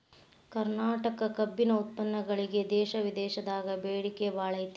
ಕರ್ನಾಟಕ ಕಬ್ಬಿನ ಉತ್ಪನ್ನಗಳಿಗೆ ದೇಶ ವಿದೇಶದಾಗ ಬೇಡಿಕೆ ಬಾಳೈತಿ